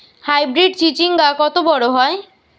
Hybrid চিচিংঙ্গা কত বড় হয়?